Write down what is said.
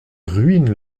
ruine